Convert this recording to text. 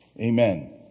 Amen